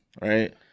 right